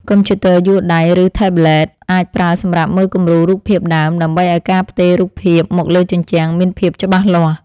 កុំព្យូទ័រយួរដៃ ឬថេប្លេត អាចប្រើសម្រាប់មើលគំរូរូបភាពដើម ដើម្បីឱ្យការផ្ទេររូបភាពមកលើជញ្ជាំងមានភាពច្បាស់លាស់។